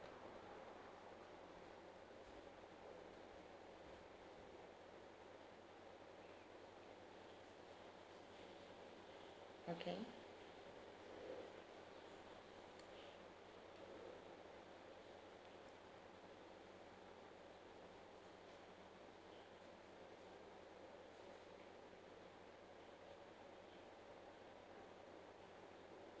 okay